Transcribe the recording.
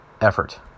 effort